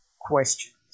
questions